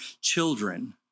children